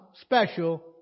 special